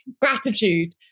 gratitude